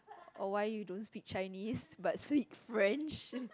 or why you don't speak Chinese but speak France